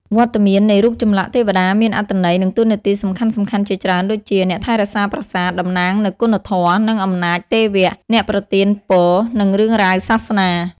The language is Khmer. វត្តមាននៃរូបចម្លាក់ទេវតាមានអត្ថន័យ និងតួនាទីសំខាន់ៗជាច្រើនដូចជា អ្នកថែរក្សាប្រាសាទ តំណាងនូវគុណធម៌ និងអំណាចទេវៈ អ្នកប្រទានពរ និងរឿងរ៉ាវសាសនា។